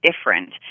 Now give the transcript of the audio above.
different